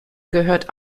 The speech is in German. gehört